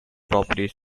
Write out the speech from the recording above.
property